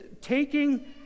taking